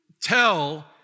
tell